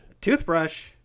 toothbrush